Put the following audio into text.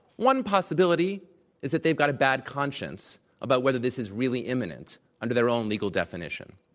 one possibility is that they've got a bad conscience about whether this is really imminent under their own legal definition.